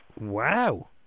Wow